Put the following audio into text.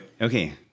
okay